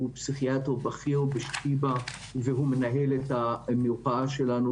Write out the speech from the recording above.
שהוא פסיכיאטרי בכיר בשיבא והוא מנהל את המרפאה שלנו,